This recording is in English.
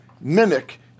mimic